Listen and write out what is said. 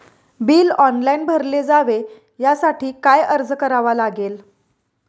Bill online भरले जावे यासाठी काय अर्ज करावा लागेल?